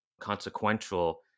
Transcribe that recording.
consequential